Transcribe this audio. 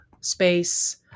space